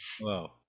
Wow